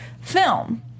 film